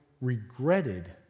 regretted